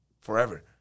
forever